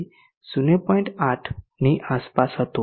8 ની આસપાસ હતું